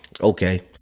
okay